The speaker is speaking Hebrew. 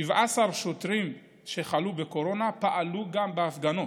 17 שוטרים שחלו בקורונה פעלו גם בהפגנות.